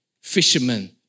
Fishermen